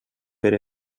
per